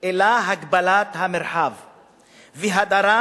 אלא הגבלת המרחב והדרה,